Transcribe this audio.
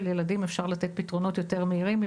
אפשר לתת פתרונות יותר מהירים לנושא של ילדים,